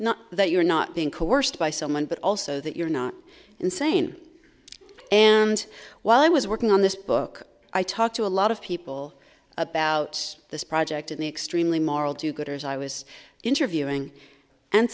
not that you're not being coerced by someone but also that you're not insane and while i was working on this book i talked to a lot of people about this project an extremely moral do gooders i was interviewing and